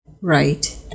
Right